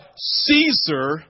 Caesar